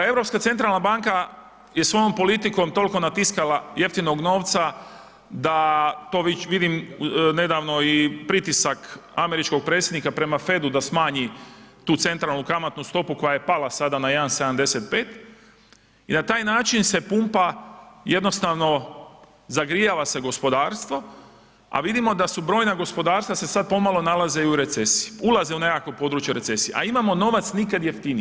Europska centralna banka je svojom politikom toliko natiskala jeftinog novca da to već vidim nedavno i pritisak američkog predsjednika prema Fedu da smanji tu centralnu kamatnu stopu koja je pala sada na 1,75 i na taj način se pumpa jednostavno zagrijava se gospodarstvo, a vidimo da se brojna gospodarstva sada pomalo nalaze u recesiji, ulaze u nekakvo područje recesije, a imamo novac nikad jeftiniji.